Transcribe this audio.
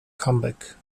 comeback